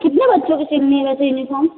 कितने बच्चों की सिलनी है वैसे यूनिफॉर्म